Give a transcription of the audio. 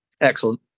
Excellent